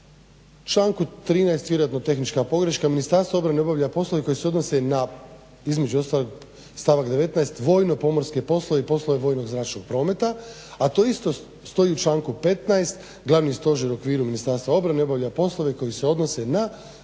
U članku 13. vjerojatno tehnička pogreška: "Ministarstvo obrane obavlja poslove koji se odnose na, između ostalog stavak 19. vojno pomorske poslove i poslove vojnog zračnog prometa." A to isto stoji u članku 15. "Glavni stožer u okviru Ministarstva obrane obavlja poslove koji se odnose na